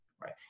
right